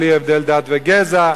בלי הבדל דת וגזע.